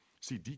See